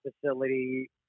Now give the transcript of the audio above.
facility